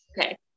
okay